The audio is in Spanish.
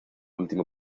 último